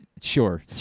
Sure